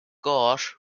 gauge